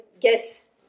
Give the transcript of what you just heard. guess